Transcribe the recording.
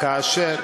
כאשר,